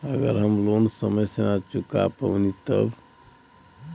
अगर हम लोन समय से ना चुका पैनी तब?